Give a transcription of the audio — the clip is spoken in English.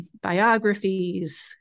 biographies